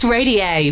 Radio